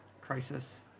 crisis